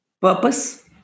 Purpose